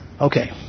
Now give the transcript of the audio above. Okay